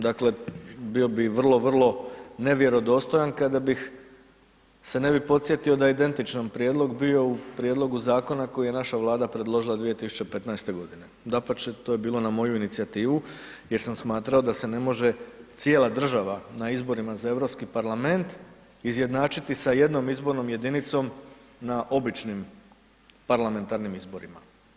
Dakle, bio bih vrlo, vrlo nevjerodostojan kada bih, se ne bi podsjetio da je identičan prijedlog bio u Prijedlogu Zakona koji je naša Vlada predložila 2015. godine, dapače, to je bilo na moju inicijativu, jer sam smatrao da se ne može cijela država na izborima za Europski parlament izjednačiti sa jednom izbornom jedinicom na običnim parlamentarnim izborima.